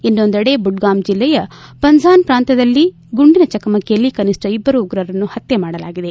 ಇನ್ನೊಂದಡೆ ಬುಡಗಾಮ್ ಜಿಲ್ಲೆಯ ಪಂಝಾನ್ ಪ್ರಾಂತ್ಯದಲ್ಲಿ ಗುಂಡಿನ ಚಕಮಕಿಯಲ್ಲಿ ಕನಿಷ್ಠ ಇಬ್ಬರು ಉಗ್ರರನ್ನು ಪತ್ಯೆ ಮಾಡಲಾಗಿದೆ